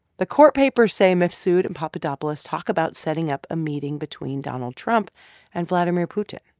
the court papers say mifsud and papadopoulos talk about setting up a meeting between donald trump and vladimir putin.